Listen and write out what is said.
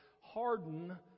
harden